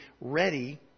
ready